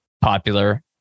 popular